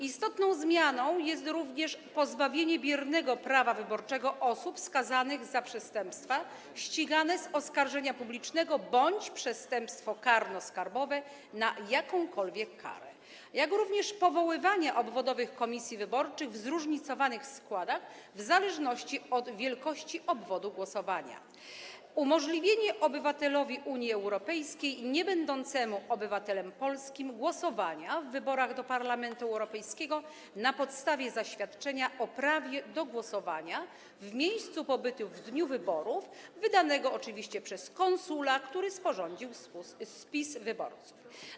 Istotną zmianą jest również pozbawienie biernego prawa wyborczego osób skazanych za przestępstwa ścigane z oskarżenia publicznego bądź przestępstwa karno-skarbowe, na jakąkolwiek karę, jak również powoływanie obwodowych komisji wyborczych w zróżnicowanych składach w zależności od wielkości obwodu głosowania, umożliwienie obywatelowi Unii Europejskiej niebędącemu obywatelem polskim głosowania w wyborach do Parlamentu Europejskiego na podstawie zaświadczenia o prawie do głosowania w miejscu pobytu w dniu wyborów, wydanego oczywiście przez konsula, który sporządził spis wyborców.